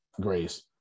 Grace